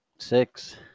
Six